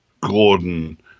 Gordon